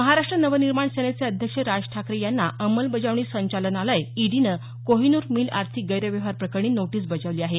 महाराष्ट्र नवनिर्माण सेनेचे अध्यक्ष राज ठाकरे यांना अंमलबजावणी संचालनालय ईडीनं कोहिनूर मिल आर्थिक गैरव्यवहारप्रकरणी नोटीस बजावली आहे